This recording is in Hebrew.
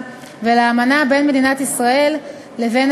שלא מגדיר את המונח "עבירה ביטחונית",